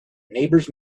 neighbors